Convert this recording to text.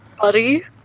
Buddy